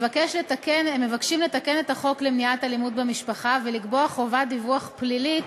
הם מבקשים לתקן את החוק למניעת אלימות במשפחה ולקבוע חובת דיווח פלילית